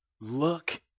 look